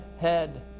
head